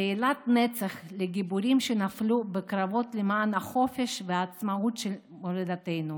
תהילת נצח לגיבורים שנפלו בקרבות למען החופש והעצמאות של מולדתנו.